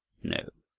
no.